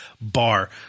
bar